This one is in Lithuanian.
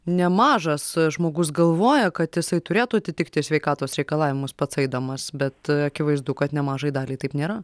nemažas žmogus galvoja kad jisai turėtų atitikti sveikatos reikalavimus pats eidamas bet akivaizdu kad nemažai daliai taip nėra